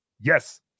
yes